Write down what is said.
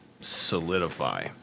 solidify